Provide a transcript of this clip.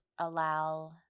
allow